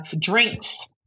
drinks